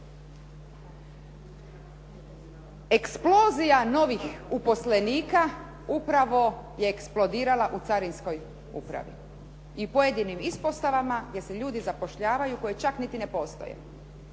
Eksplozija novih uposlenika upravo je eksplodirala u carinskoj upravi i pojedinim ispostavama gdje se ljudi zapošljavaju, koje čak niti ne postoje.